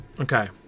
Okay